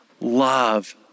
love